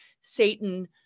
Satan